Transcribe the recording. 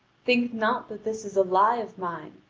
think not that this is a lie of mine,